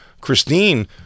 Christine